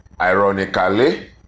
ironically